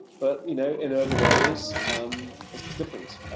but you know in urban areas it's different.